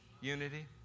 unity